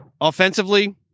Offensively